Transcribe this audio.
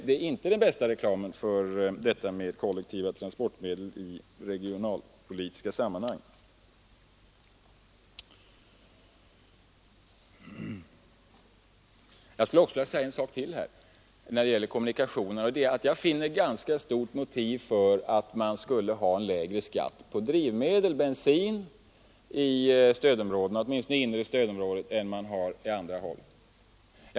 Det är inte den bästa reklamen för kollektiva transportmedel i regionalpolitiska sammanhang. När det gäller kommunikationerna skulle jag också vilja säga att det finns starka motiv för att ha lägre skatt på bensin i stödområdena, åtminstone i det inre stödområdet, än på andra håll.